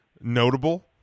notable